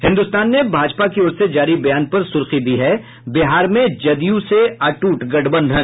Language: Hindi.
हिन्दुस्तान ने भाजपा की ओर से जारी बयान पर सुर्खी दी है बिहार में जदयू से अटूट गठबंधन